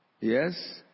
Yes